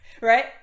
Right